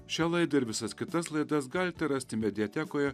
šią laidą ir visas kitas laidas galite rasti mediatekoje